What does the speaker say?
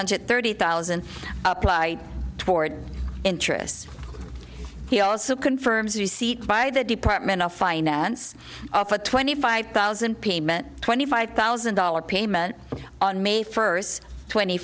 hundred thirty thousand applied toward interests he also confirms receipt by the department of finance for twenty five thousand payment twenty five thousand dollars payment on may first twenty